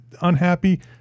unhappy